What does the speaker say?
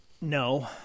No